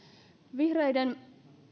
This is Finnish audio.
vihreiden